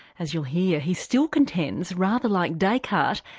as you'll hear he still contends, rather like descartes,